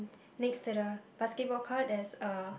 next to the basketball court there is a